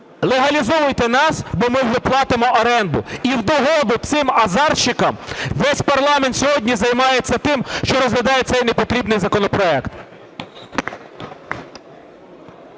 "легалізовуйте нас, бо ми не платимо оренду". І в догоду цим азарщикам весь парламент сьогодні займається тим, що розглядає цей непотрібний законопроект.